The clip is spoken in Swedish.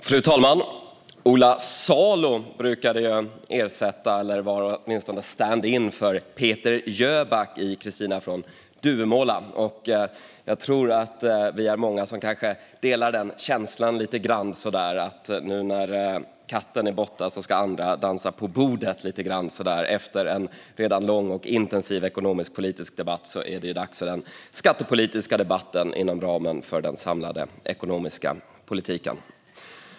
Fru talman! Ola Salo brukade ersätta eller åtminstone vara stand-in för Peter Jöback i Kristina från Duvemåla . Jag tror att vi är många som kanske delar den känslan lite grann, att nu när katten är borta ska andra dansa på bordet. Efter en redan lång och intensiv ekonomisk-politisk debatt är det dags för den skattepolitiska debatten inom ramen för den samlade ekonomiska politiken.